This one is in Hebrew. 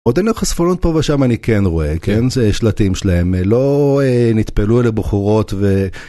עוד אין לחשפונות פה ושם, אני כן רואה, כן, זה שלטים שלהם, לא נטפלו אלה בוחרות ו...